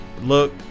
look